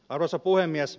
arvoisa puhemies